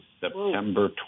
September